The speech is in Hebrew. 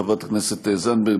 חברת הכנסת זנדברג,